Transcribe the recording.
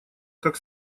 как